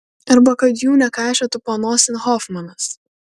arba kad jų nekaišiotų panosėn hofmanas